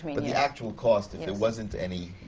but the actual cost, if there wasn't any